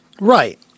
Right